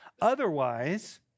Otherwise